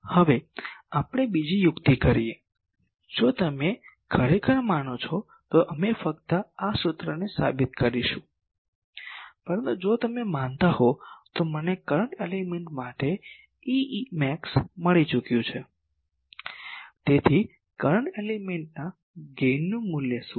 હવે આપણે બીજી યુક્તિ કરીએ કે જો તમે ખરેખર માનો છો તો અમે ફક્ત આ સૂત્રને સાબિત કરીશું પરંતુ જો તમે આ માનતા હો તો મને કરંટ એલિમેન્ટ માટે Ae max મળી ચૂક્યું છે તેથી કરંટ એલિમેન્ટ ના ગેઇન નું મૂલ્ય શું છે